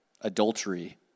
adultery